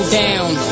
down